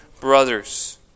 brothers